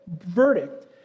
verdict